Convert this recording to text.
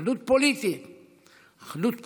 אחדות פוליטית.